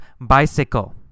bicycle